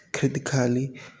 critically